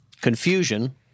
Confusion